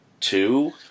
two